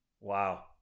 Wow